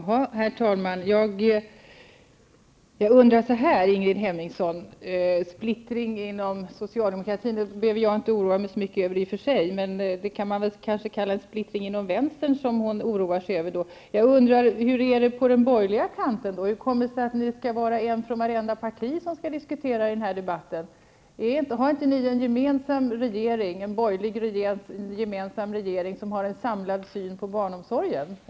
Herr talman! Jag behöver inte oroa mig så mycket för någon splittring inom socialdemokratin. Det är kanske en splittring inom vänstern som Ingrid Hemmingsson oroar sig för. Hur är det då på den borgerliga kanten? Hur kommer det sig att det skall vara en representant från varje parti som skall diskutera i denna debatt? Har inte ni en gemensam borgerlig regering som har en samlad syn på barnomsorgen?